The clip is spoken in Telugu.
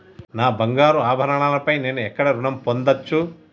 నా బంగారు ఆభరణాలపై నేను ఎక్కడ రుణం పొందచ్చు?